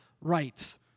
rights